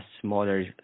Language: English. smaller